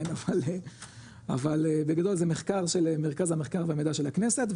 אבל בגדול זה מחקר של מחקר המחקר והמידע של הכנסת,